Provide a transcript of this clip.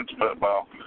football